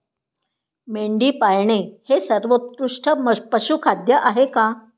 मेंढी पाळणे हे सर्वोत्कृष्ट पशुखाद्य आहे का?